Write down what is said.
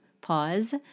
pause